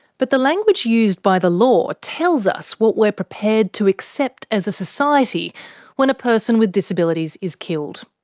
but the language used by the law tells us what we're prepared to accept as a society when a person with disabilities is killed.